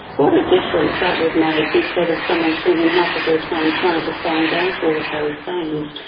what a difference that would make instead of someone spending half of their time trying to find out all of those things.